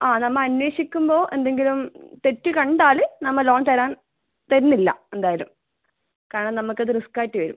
ആ നമ്മൾ അന്വേഷിക്കുമ്പോൾ എന്തെങ്കിലും തെറ്റ് കണ്ടാൽ നമ്മൾ ലോൺ തരാൻ തരുന്നില്ല എന്തായാലും കാരണം നമൾക്കത് റിസ്ക്കായിട്ട് വരും